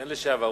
אין "לשעבר".